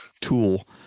tool